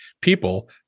people